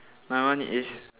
my one is